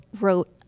wrote